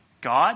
God